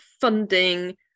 funding